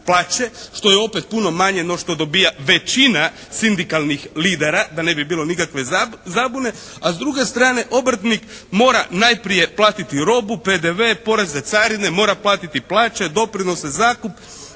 plaće što je opet puno manje no što dobija većina sindikalnih lidera, da ne bi bilo nikakve zabune. A s druge strane, obrtnik mora najprije platiti robu, PDV, poreze, carine, mora platiti plaće, doprinose, zakup,